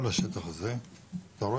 בסופו של דבר